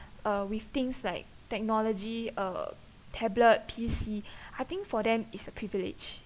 uh with things like technology or uh tablet P_C I think for them is a privilege